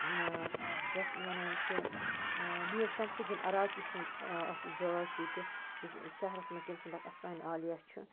یَتھ ونان چھِ میٖر شمس الدیٖن عراقی سُنٛد اَکھ جاے چھِ ییٚتہِ یہِ چھِ شہرس منٛز تٔمۍ سنٛد اَکھ اَستانہِ عالِیا چھُ